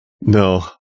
No